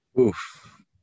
Oof